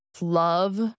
Love